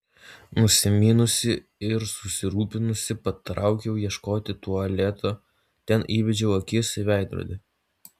nusiminusi ir susirūpinusi patraukiau ieškoti tualeto ten įbedžiau akis į veidrodį